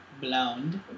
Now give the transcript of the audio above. Blonde